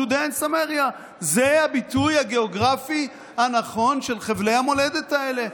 Judea and Samaria זה הביטוי הגיאוגרפי הנכון של חבלי המולדת האלה.